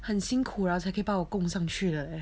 很辛苦然后才可以把我供上去 leh